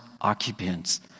occupants